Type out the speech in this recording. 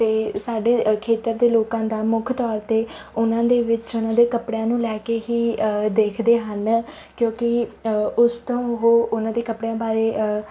ਅਤੇ ਸਾਡੇ ਖੇਤਰ ਦੇ ਲੋਕਾਂ ਦਾ ਮੁੱਖ ਤੌਰ 'ਤੇ ਉਹਨਾਂ ਦੇ ਵਿੱਚ ਉਹਨਾਂ ਦੇ ਕੱਪੜਿਆਂ ਨੂੰ ਲੈ ਕੇ ਹੀ ਦੇਖਦੇ ਹਨ ਕਿਉਂਕਿ ਉਸ ਤੋਂ ਉਹ ਉਹਨਾਂ ਦੇ ਕੱਪੜਿਆਂ ਬਾਰੇ